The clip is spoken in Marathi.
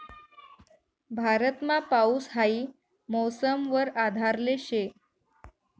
भारतमा पाऊस हाई मौसम वर आधारले शे